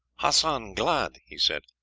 hassan glad, he said.